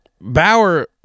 Bauer